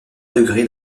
degré